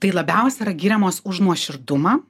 tai labiausiai yra giriamos už nuoširdumą